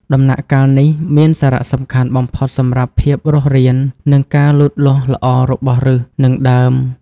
ដំណាក់កាលនេះមានសារៈសំខាន់បំផុតសម្រាប់ភាពរស់រាន និងការលូតលាស់ល្អរបស់ឬស និងដើម។